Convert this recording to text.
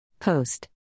Post